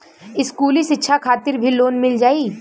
इस्कुली शिक्षा खातिर भी लोन मिल जाई?